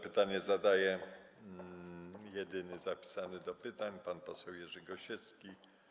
Pytanie zadaje jedyny zapisany do pytań pan poseł Jerzy Gosiewski.